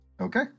Okay